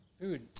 food